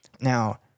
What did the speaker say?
Now